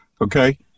Okay